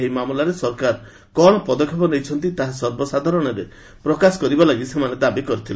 ଏହି ମାମଲାରେ ସରକାର କ'ଣ ପଦକ୍ଷେପ ନେଇଛନ୍ତି ତାହା ସର୍ବସାଧାରଣରେ ପ୍ରକାଶ କରିବାଲାଗି ସେମାନେ ଦାବି କରିଥିଲେ